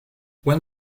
when